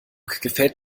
gefällt